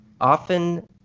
often